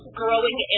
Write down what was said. growing